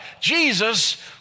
Jesus